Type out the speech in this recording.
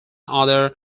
other